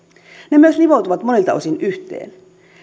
ne myös nivoutuvat monilta osin yhteen